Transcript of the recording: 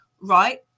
right